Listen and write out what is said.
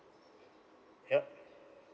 yup